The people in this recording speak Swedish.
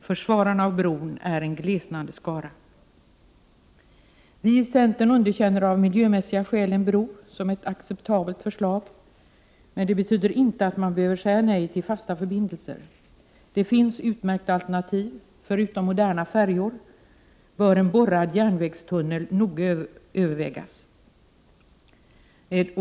Försvararna av bron är en glesnande skara. Vi i centern underkänner av miljömässiga skäl en bro som ett acceptabelt förslag, men det betyder inte att vi behöver säga nej till fasta förbindelser. Det finns utmärkta alternativ. Förutom moderna färjor bör en borrad järnvägstunnel noga övervägas.